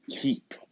keep